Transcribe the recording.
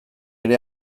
ere